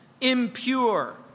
impure